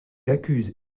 accuse